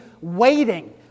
waiting